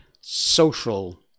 social